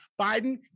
Biden